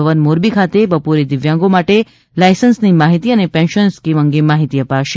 ભવન મોરબી ખાતે બપોરે દિવ્યાંગો માટે લાઇસન્સની માહિતી અને પેન્શન સ્કીમ અંગે માહિતી અપાશે